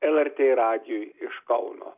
lrt radijui iš kauno